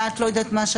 דת או אני לא יודעת מה.